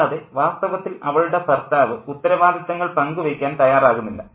കൂടാതെ വാസ്തവത്തിൽ അവളുടെ ഭർത്താവ് ഉത്തരവാദിത്വങ്ങൾ പങ്കുവയ്ക്കാൻ തയ്യാറാകുന്നില്ല